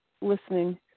listening